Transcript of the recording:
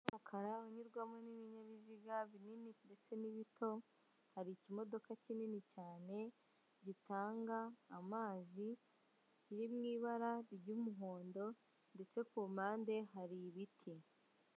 Umukara unyurwamo n'ibinyabiziga binini ndetse n'ibito, hari ikimodoka kinini cyane gitanga amazi kiri mu ibara ry'umuhondo ndetse ku mpande hari ibiti.